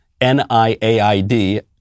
NIAID